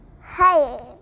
Hi